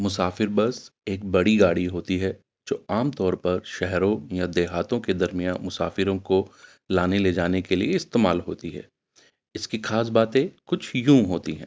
مسافر بس ایک بڑی گاڑی ہوتی ہے جو عام طور پر شہروں یا دیہاتوں کے درمیا مسافروں کو لانے لے جانے کے لیے استعمال ہوتی ہے اس کی خھاص باتیں کچھ یوں ہوتی ہیں